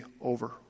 over